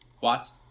Watts